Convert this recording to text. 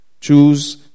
Choose